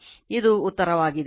ಇದು ಉತ್ತರವಾಗಿದೆ